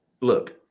Look